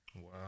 Wow